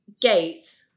gate